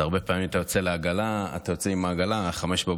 הרבה פעמים אתה יוצא עם העגלה ב-05:00,